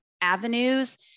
avenues